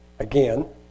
Again